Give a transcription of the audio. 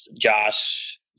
Josh